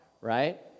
right